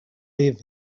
leave